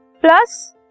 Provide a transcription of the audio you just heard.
plus